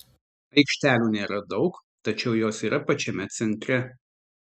aikštelių nėra daug tačiau jos yra pačiame centre